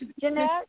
Jeanette